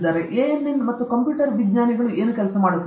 ANN ಮತ್ತು ಈ ಎಲ್ಲ ಕಂಪ್ಯೂಟರ್ ವಿಜ್ಞಾನ ಜನರು ಮಾಡುತ್ತಿದ್ದಾರೆ